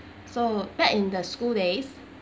so back in the school days